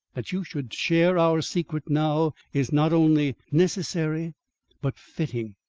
that you should share our secret now, is not only necessary but fitting.